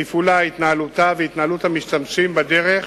תפעולה, התנהלותה והתנהלות המשתמשים בדרך